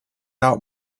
out